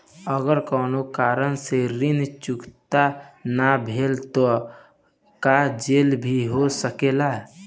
अगर कौनो कारण से ऋण चुकता न भेल तो का जेल भी हो सकेला?